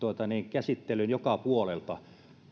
käsittelyn joka puolelta